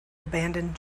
abandoned